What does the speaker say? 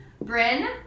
Bryn